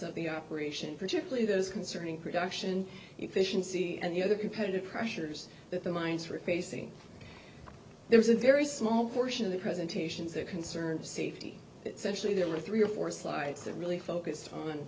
of the operation particularly those concerning production efficiency and the other competitive pressures that the mines were facing there was a very small portion of the presentations that concerned safety it's actually there were three or four sites that really focused on